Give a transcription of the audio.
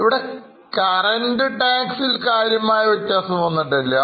ഇവിടെ കറണ്ട് ടാക്സിൽ കാര്യമായ വ്യത്യാസം വന്നിട്ടില്ല